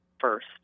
first